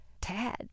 tad